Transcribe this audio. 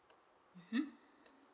mmhmm